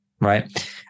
right